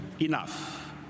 enough